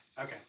okay